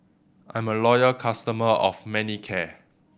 I'm a loyal customer of Manicare